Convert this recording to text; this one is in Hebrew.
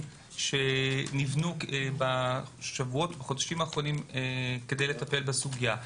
שנבנו בשבועות ובחודשים האחרונים כדי לטפל בסוגיה.